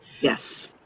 Yes